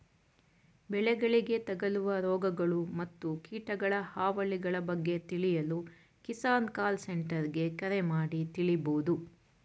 ಬೆಳೆಗಳಿಗೆ ತಗಲುವ ರೋಗಗಳು ಮತ್ತು ಕೀಟಗಳ ಹಾವಳಿಗಳ ಬಗ್ಗೆ ತಿಳಿಯಲು ಕಿಸಾನ್ ಕಾಲ್ ಸೆಂಟರ್ಗೆ ಕರೆ ಮಾಡಿ ತಿಳಿಬೋದು